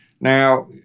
Now